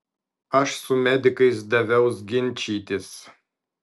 aš su medikais daviaus ginčytis